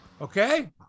Okay